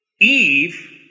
Eve